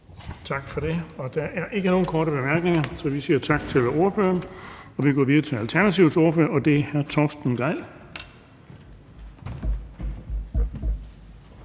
Tak for det. Der er ikke nogen korte bemærkninger, så vi siger tak til ordføreren. Vi går videre til Alternativets ordfører, og det er hr. Torsten Gejl.